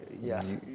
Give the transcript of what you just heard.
Yes